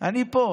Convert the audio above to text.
אני פה,